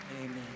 Amen